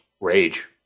rage